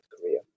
Korea